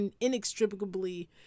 inextricably